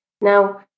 Now